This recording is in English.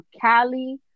Cali